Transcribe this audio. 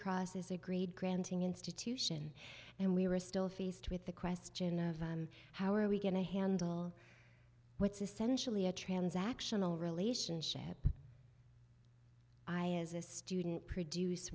cross as a grade granting institution and we were still faced with the question of how are we going to handle what's essentially a transactional relationship i as a student produce